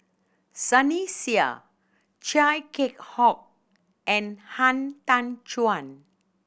Sunny Sia Chia Keng Hock and Han Tan Juan